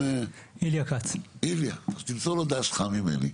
אז תמסור לו ד"ש חם ממני,